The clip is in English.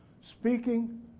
Speaking